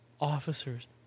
officers